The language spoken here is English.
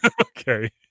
Okay